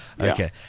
Okay